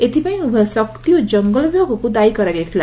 ଏଥିପାଇଁ ଉଭୟ ଶକ୍ତି ଓ ଜଙାଲ ବିଭାଗକୁ ଦାୟୀ କରାଯାଇଥିଲା